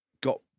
got